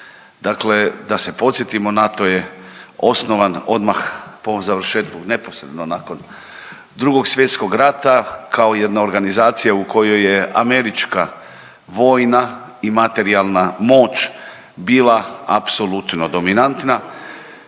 Dakle da se podsjetimo, NATO je osnovan odmah po završetku, neposredno nakon Drugog svjetskog rata kao jedna organizacija u kojoj je američka vojna i materijalna moć bila apsolutno dominantna.